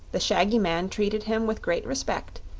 the shaggy man treated him with great respect,